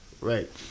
Right